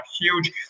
huge